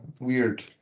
weird